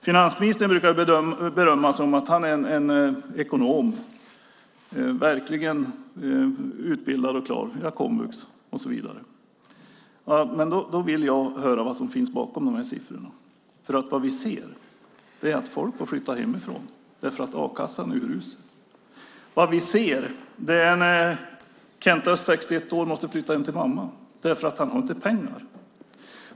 Finansministern brukar berömma sig av att han är ekonom, verkligen utbildad och klar - komvux och så vidare. Men då vill jag höra vad som finns bakom siffrorna. Vad vi ser är att folk får flytta hemifrån därför att a-kassan är urusel. Vad vi ser är att Kent Öst, 61 år, måste flytta hem till mamma för att han inte har pengar.